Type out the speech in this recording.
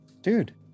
dude